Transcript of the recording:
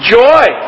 joy